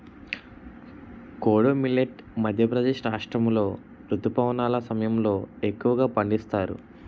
kodo millet Madhya Pradesh రాష్ట్రాములో రుతుపవనాల సమయంలో ఎక్కువగా పండిస్తారు